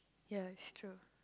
ya it's true